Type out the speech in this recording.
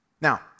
Now